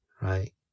right